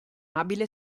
abile